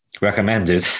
recommended